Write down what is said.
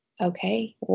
okay